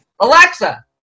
Alexa